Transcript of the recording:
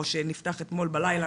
או שנפתח אתמול בלילה.